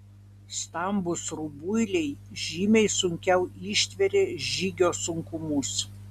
stambūs rubuiliai žymiai sunkiau ištveria žygio sunkumus